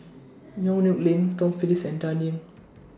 Yong Nyuk Lin Tom Phillips and Dan Ying